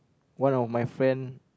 one of my friend